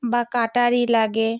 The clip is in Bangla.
বা কাটারি লাগে